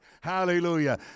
Hallelujah